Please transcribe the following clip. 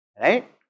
Right